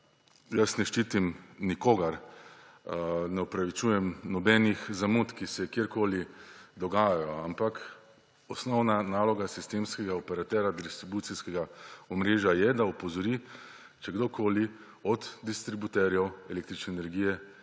jaz ne ščitim nikogar, ne opravičujem nobenih zamud, ki se kjerkoli dogajajo, ampak osnovna naloga sistemskega operaterja distribucijskega omrežja je, da opozori, če kdorkoli od distributerjev električne energije